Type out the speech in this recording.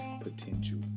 potential